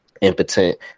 Impotent